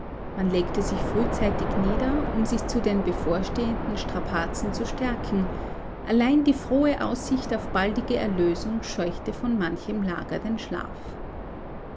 man legte sich frühzeitig nieder um sich zu den bevorstehenden strapazen zu stärken allein die frohe aussicht auf baldige erlösung scheuchte von manchem lager den schlaf